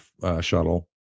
shuttle